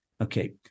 Okay